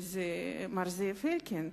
מר זאב אלקין.